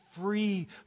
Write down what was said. free